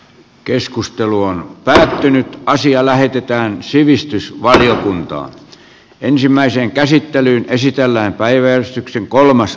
keskustelu on päättynyt ja asia lähetetään sivistysvaliokuntaant ensimmäiseen käsittelyyn esitellään päiväys täytyy jatkaa